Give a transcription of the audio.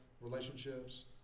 relationships